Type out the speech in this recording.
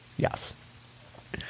Yes